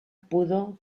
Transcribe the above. pudo